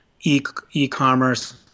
e-commerce